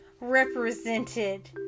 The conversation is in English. represented